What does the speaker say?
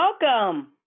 Welcome